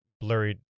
blurred